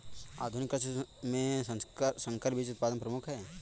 आधुनिक कृषि में संकर बीज उत्पादन प्रमुख है